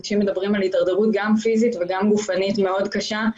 אנשים מדברים על הידרדרות פיזית וגופנית מאוד קשה.